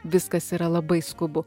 viskas yra labai skubu